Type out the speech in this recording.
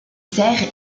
serres